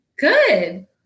Good